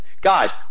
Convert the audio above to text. Guys